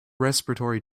respiratory